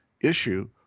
issue